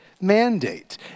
mandate